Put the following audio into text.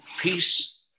peace